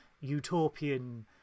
utopian